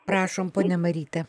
prašom ponia maryte